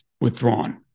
withdrawn